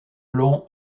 long